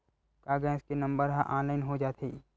का गैस के नंबर ह ऑनलाइन हो जाथे?